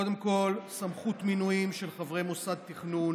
קודם כול, סמכות מינויים של חברי מוסד תכנון